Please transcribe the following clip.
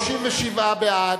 37 בעד,